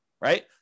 right